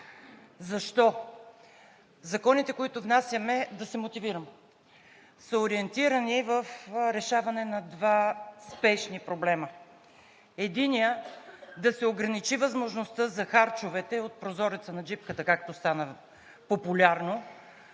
Законите, които внасяме, са ориентирани в решаване на два спешни проблема. Единият е да се ограничи възможността за харчовете от прозореца на джипката, както стана популярно,